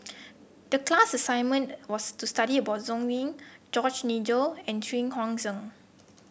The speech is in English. the class assignment was to study about Sng Yee George Nigel and Xu Yuan Zhen